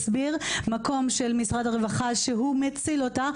מקום של משרד הרווחה שמציל אותה.